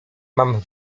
mam